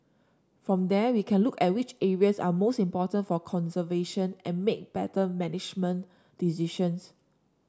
from there we can look at which areas are most important for conservation and make better management decisions